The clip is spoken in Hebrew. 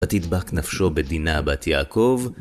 ותדבק נפשו בדינה בת יעקב